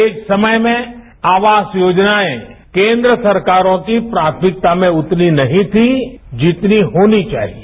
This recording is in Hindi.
एक समय में आवास योजनाएं केन्द्र सरकारों की प्राथमिकता मेंउतनी नहीं थी जितनी होनी चाहिए